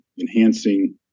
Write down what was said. enhancing